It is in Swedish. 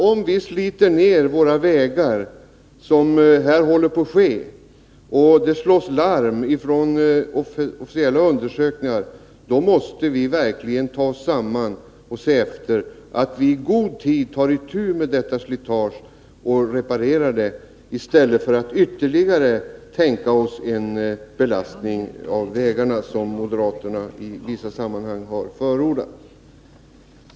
Om vi sliter ner våra vägar så som här håller på att ske — det slås ju larm i officiella undersökningar — måste vi verkligen ta oss samman och se till, att vi i god tid tar itu med detta slitage och reparerar vägarna i stället för att tänka oss en ytterligare belastning av dem, vilket moderaterna i vissa sammanhang har förordat.